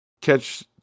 catch